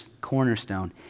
cornerstone